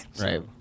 Right